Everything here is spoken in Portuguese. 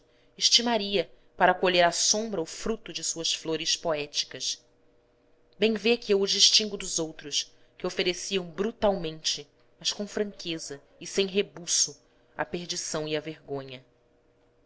estimaria para colher à sombra o fruto de suas flores poéticas bem vê que eu o distingo dos outros que ofereciam brutalmente mas com franqueza e sem rebuço a perdição e a vergonha